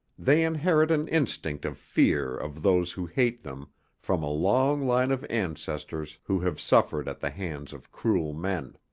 they inherit an instinct of fear of those who hate them from a long line of ancestors who have suffered at the hands of cruel men.